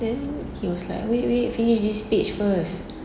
then he was like wait wait finish this page first